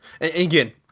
Again